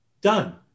Done